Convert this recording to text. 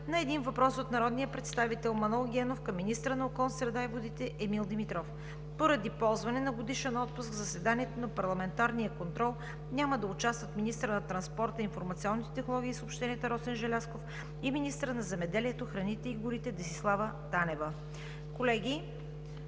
- един въпрос от народния представител Манол Генов към министъра на околната среда и водите Емил Димитров. Поради ползване на годишен отпуск в заседанието за парламентарен контрол няма да участват министърът на транспорта, информационните технологии и съобщенията Росен Желязков и министърът на земеделието, храните и горите Десислава Танева. Колеги,